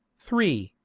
three.